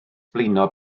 blino